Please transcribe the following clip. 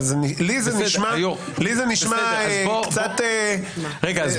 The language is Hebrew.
אבל לי זה נשמע קצת --- רגע,